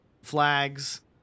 Flags